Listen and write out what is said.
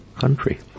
country